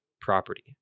property